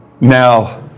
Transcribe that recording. Now